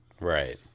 Right